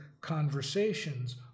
conversations